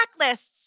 checklists